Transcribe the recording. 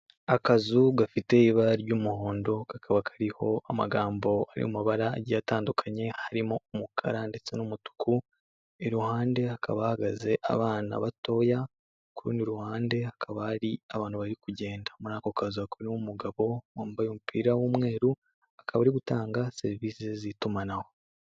Akazu gafite ibara ry'umuhondo kakaba kariho amagambo ari mu mabaragi atandukanye harimo umukara ndetse n'umutuku iruhande hakaba ahagaze abana batoya ku rundi ruhande hakaba hari abantu bari kugenda muri ako kazu hakaba harimomo umugabo wambaye umupira w'umweru akaba ari gutanga serivisi z'itumanaho.